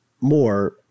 more